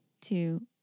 two